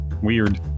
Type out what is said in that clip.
weird